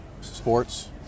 sports